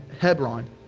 Hebron